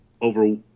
over